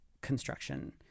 construction